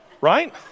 Right